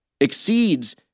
exceeds